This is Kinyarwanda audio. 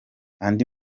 andi